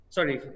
Sorry